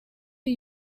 who